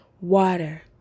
water